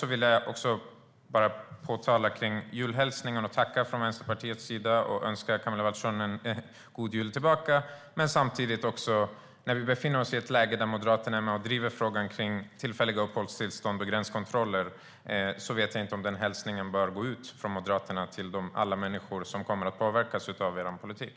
Låt mig också återkomma till julhälsningen och tacka för den från Vänsterpartiets sida och också önska Camilla Waltersson Grönvall en god jul. När nu Moderaterna är med och driver frågan om tillfälliga uppehållstillstånd och gränskontroller vet jag dock inte om denna hälsning från Moderaterna bör gå ut till alla människor som kommer att påverkas av denna politik.